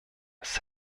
als